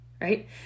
right